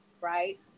right